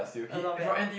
uh not bad ah